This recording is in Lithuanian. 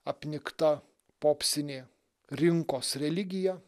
apnikta popsinė rinkos religija